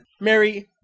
Mary